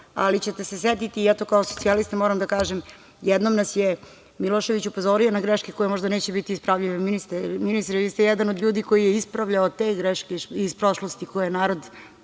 ali ćete se setiti, ja to kao socijalista moram da kažem, jednom nas je Milošević upozorio na greške koje možda neće biti ispravljive. Ministre, vi ste jedan od ljudi koji je ispravljao te greške iz prošlosti, koje narod